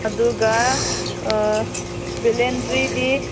ꯑꯗꯨꯒ ꯕꯦꯂꯦꯟꯗ꯭ꯔꯤꯗꯤ